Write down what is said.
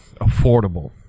affordable